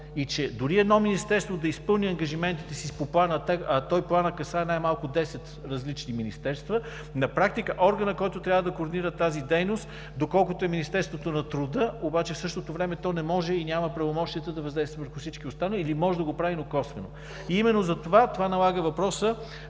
Дори едно министерство да изпълни ангажиментите по Плана, а той касае най-малко десет различни министерства, на практика органът, който трябва да координира тази дейност, доколкото е Министерство на труда и социалната политика, обаче същото не може и няма правомощията да въздейства върху всички останали или може да го прави, но косвено. Именно това налага въпроса: